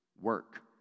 Work